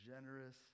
generous